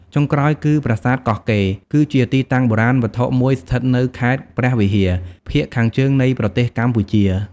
ចុងក្រោយគឺ ប្រាសាទកោះកេរ គឺជាទីតាំងបុរាណវត្ថុមួយស្ថិតនៅខេត្តព្រះវិហារ ភាគខាងជើងនៃប្រទេសកម្ពុជា។